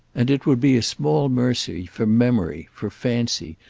and it would be a small mercy for memory, for fancy,